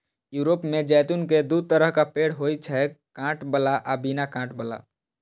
Europe मे जैतून के दू तरहक पेड़ होइ छै, कांट बला आ बिना कांट बला